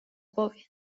głowie